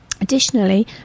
Additionally